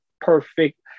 perfect